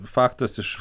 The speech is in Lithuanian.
faktas iš